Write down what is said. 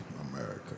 America